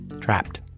trapped